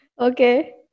Okay